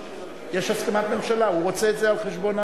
יש הסכמת ממשלה, הוא רוצה את זה על חשבון